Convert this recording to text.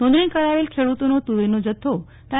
નોંધણી કરાવેલ ખેડૂતોનો તુવેરનો જથ્થો તા